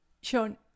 Sean